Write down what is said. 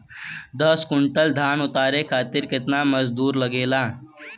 दस क्विंटल धान उतारे खातिर कितना मजदूरी लगे ला?